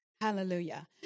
Hallelujah